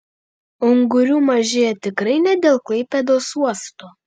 ungurių mažėja tikrai ne dėl klaipėdos uosto